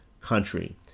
country